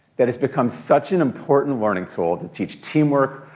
that has become such an important learning tool to teach teamwork,